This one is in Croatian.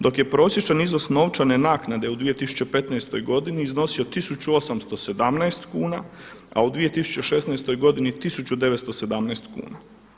Dok je prosječan iznos novčane naknade u 2015. godini iznosio 1817 kuna a u 2016. godini 1917. kuna.